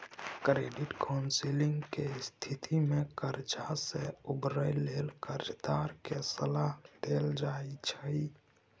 credit counselling के स्थिति में कर्जा से उबरय लेल कर्जदार के सलाह देल जाइ छइ